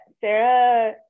Sarah